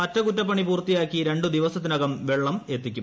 അറ്റകുറ്റപ്പണി പൂർത്തിയാക്കി രണ്ടു ദിവസത്തിനകം വെള്ളം എത്തിക്കും